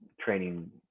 training